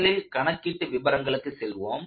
முதலில் கணக்கீட்டு விபரங்களுக்கு செல்வோம்